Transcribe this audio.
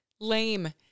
lame